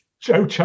Joe